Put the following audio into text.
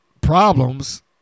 problems